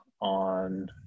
on